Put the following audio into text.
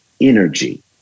energy